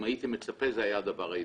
אם הייתי מצפה זה היה הדבר האידיאלי,